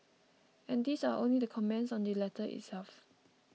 and these are only the comments on the letter itself